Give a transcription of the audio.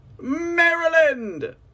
Maryland